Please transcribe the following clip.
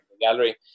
gallery